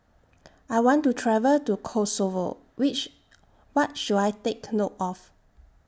I want to travel to Kosovo Which What should I Take note of